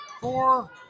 Four